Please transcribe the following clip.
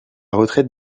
retraite